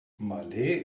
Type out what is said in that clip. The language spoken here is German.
malé